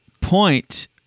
point